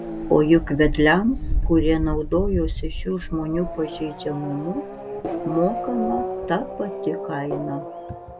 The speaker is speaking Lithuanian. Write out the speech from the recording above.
o juk vedliams kurie naudojosi šių žmonių pažeidžiamumu mokama ta pati kaina